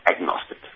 Agnostic